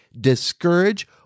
discourage